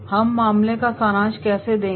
हम मामले का सारांश कैसे देंगे